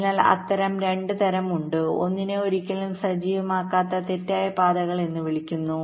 അത്തരം 2 തരം ഉണ്ട് ഒന്നിനെ ഒരിക്കലും സജീവമാക്കാത്ത തെറ്റായ പാതകൾ എന്ന് വിളിക്കുന്നു